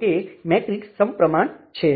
અને mesh number ત્રણ માટે